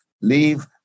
leave